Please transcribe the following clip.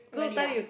really ah